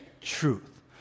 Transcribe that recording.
truth